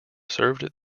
served